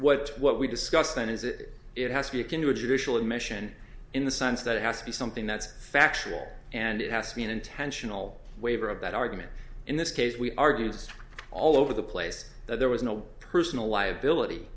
what what we discussed then is that it has to be akin to a judicial admission in the sense that it has to be something that's factual and it has to be an intentional waiver of that argument in this case we argued just all over the place that there was no personal liability